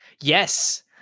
Yes